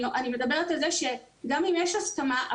אני מדברת על זה שגם אם יש הסכמה,